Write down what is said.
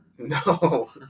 No